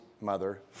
mother